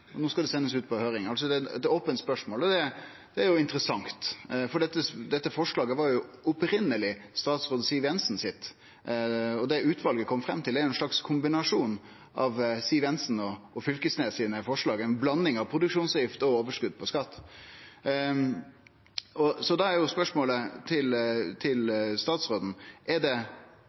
No skal det sendast ut på høyring. Det er altså eit ope spørsmål, og det er jo interessant. For dette forslaget var jo opphavleg statsråd Siv Jensen sitt, og det utvalet kom fram til, er ein slags kombinasjon av Siv Jensen og Knag Fylkesnes sine forslag – ei blanding av produksjonsavgift og overskot på skatt. Da er spørsmålet til statsråden: Er det